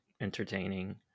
Entertaining